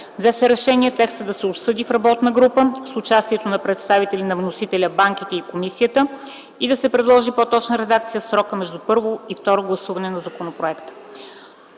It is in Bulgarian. Взе се решение текстът да се обсъди в работна група с участието на представители на вносителя, банките и комисията и да се предложи по-точна редакция в срока между първото и второ гласуване на законопроекта.